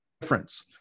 difference